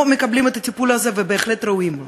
מקבלים את הטיפול הזה ובהחלט ראויים לו.